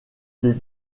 des